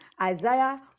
Isaiah